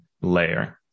layer